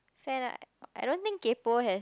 fair right I don't think kaypoh has